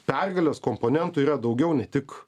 pergalės komponentų yra daugiau ne tik